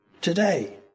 today